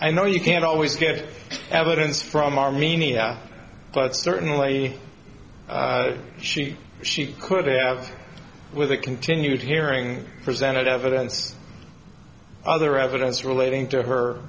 i know you can't always get evidence from armenia but certainly she she could have with the continued hearing presented evidence other evidence relating to her